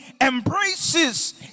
embraces